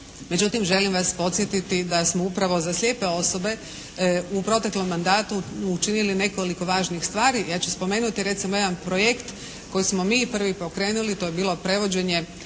Međutim želim vas podsjetiti da smo upravo za slijepe osobe u proteklom mandatu učinili nekoliko važnih stvari. Ja ću spomenuti recimo jedan projekt koji smo mi prvi pokrenuli. To je bilo prevođenje